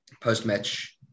post-match